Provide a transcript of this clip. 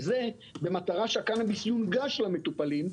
זה במטרה שהקנביס יונגש למטופלים.